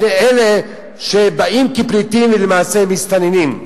בפני אלה שבאים כפליטים ולמעשה הם מסתננים.